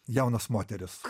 jaunas moteris